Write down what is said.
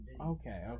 okay